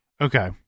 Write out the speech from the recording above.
okay